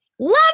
Love